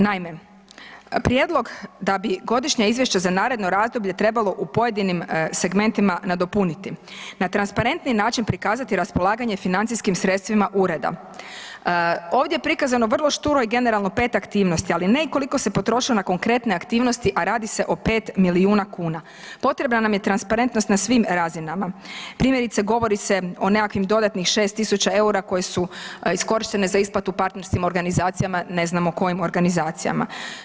Naime, prijedlog da bi Godišnja izvješća za naredno razdoblje trebalo u pojedinim segmentima nadopuniti, na transparentniji način prikazati raspolaganje financijskim sredstvima Ureda, ovdje je prikazano vrlo šturo i generalno pet aktivnosti, ali ne i koliko se potrošilo na konkretne aktivnosti a radi se o 5 milijuna kuna, potrebna nam je transparentnost na svim razinama, primjerice govori se o nekakvim dodatnih 6.000,00 EUR-a koji su iskorištene za isplatu partnerskim organizacijama, ne znamo kojim organizacijama.